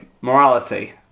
Morality